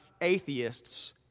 atheists